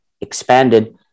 expanded